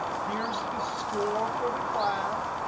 here's the score for the class.